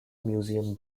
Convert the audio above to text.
museum